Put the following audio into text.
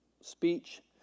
speech